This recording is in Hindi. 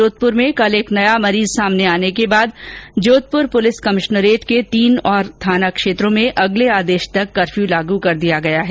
जोधपुर में कल एक नया संक्रमित मरीज सामने आने के बाद जोधपुर पुलिस कमिश्नरेट के तीन और थाना क्षेत्रों में अगले आदेश तक कर्फ्यू लगा दिया गया है